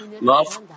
love